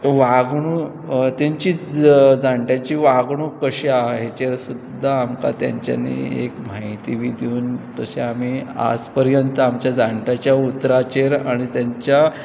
वागणू तेंची जाणट्याची वागणूक कशी आहा हेचेर सुद्दां आमकां तेंच्यांनी एक म्हायती बी दिवन तशें आमी आज पर्यंत आमच्या जाणट्याच्या उतराचेर आनी तेंच्या